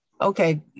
okay